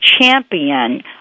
champion